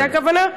לזה הכוונה?